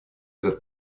этот